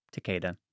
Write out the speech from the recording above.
Takeda